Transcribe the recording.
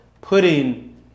putting